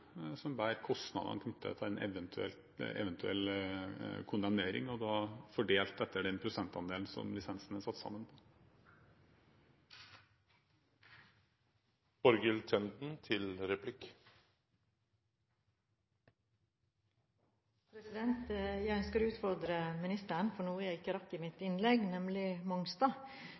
som bærer kostnadene knyttet til en eventuell kondemnering, og da fordelt etter den prosentandelen som lisensen er satt sammen av. Jeg ønsker å utfordre ministeren på noe jeg ikke rakk i mitt innlegg, nemlig Mongstad.